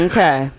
Okay